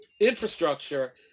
infrastructure